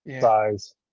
size